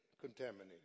contaminated